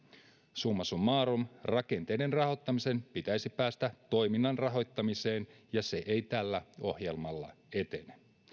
summa summarum rakenteiden rahoittamisesta pitäisi päästä toiminnan rahoittamiseen ja se ei tällä ohjelmalla etene